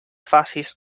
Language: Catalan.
facis